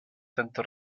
tanto